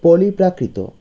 পালি প্রাকৃত